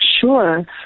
Sure